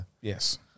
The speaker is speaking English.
Yes